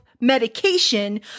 medication